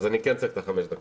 אז אני כן צריך חמש דקות.